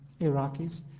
Iraqis